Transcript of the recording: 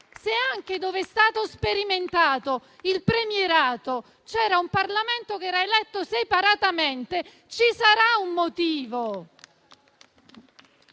Se anche dove è stato sperimentato il premierato c'era un Parlamento eletto separatamente, ci sarà un motivo.